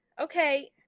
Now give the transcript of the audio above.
Okay